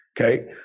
Okay